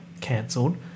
Cancelled